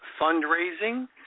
fundraising